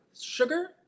sugar